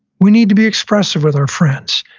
we need to be expressive with our friends.